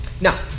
Now